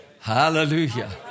Hallelujah